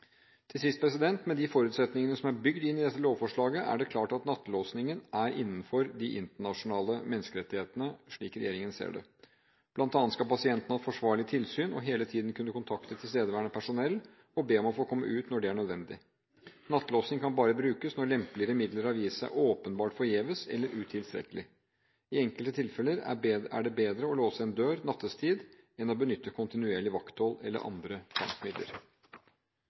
Til sist: Med de forutsetningene som er bygd inn i dette lovforslaget, er det klart at nattelåsingen er innenfor de internasjonale menneskerettighetene, slik regjeringen ser det. Blant annet skal pasienten ha et forsvarlig tilsyn og hele tiden kunne kontakte tilstedeværende personell og be om å få komme ut når det er nødvendig. Nattelåsing kan bare brukes når lempeligere midler har vist seg åpenbart forgjeves eller utilstrekkelige. I enkelte tilfeller er det bedre å låse en dør nattetid enn å benytte kontinuerlig vakthold eller andre tvangsmidler.